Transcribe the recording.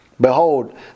Behold